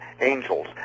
angels –